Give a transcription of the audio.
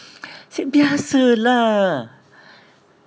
said biasa lah